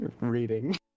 reading